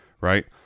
right